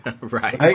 right